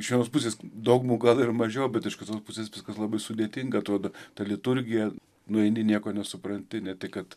iš vienos pusės dogmų gal ir mažiau bet iš kitos pusės viskas labai sudėtinga atrodo ta liturgija nueini nieko nesupranti ne tik kad